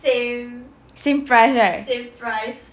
same price right